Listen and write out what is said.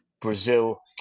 Brazil